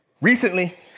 Recently